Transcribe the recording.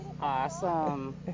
Awesome